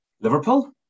Liverpool